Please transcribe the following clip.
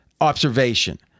observation—